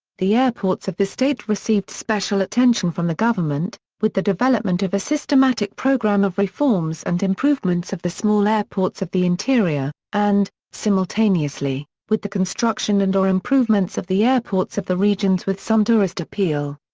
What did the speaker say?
the airports of the state received special attention from the government, with the development of a systematic program of reforms and improvements of the small airports of the interior, and, simultaneously, with the construction and or improvements of the airports of the regions with some tourist appeal.